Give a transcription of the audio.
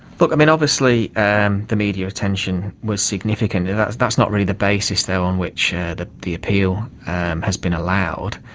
look, i mean obviously um the media attention was significant, and that's not really the basis though on which the the appeal has been allowed.